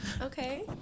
Okay